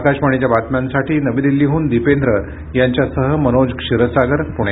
आकाशवाणीच्या बातम्यांसाठी नवी दिल्लीहून दिपेंद्र यांच्यासह मनोज क्षीरसागर पुणे